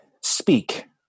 speak